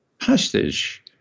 hostage